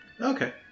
Okay